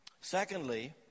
Secondly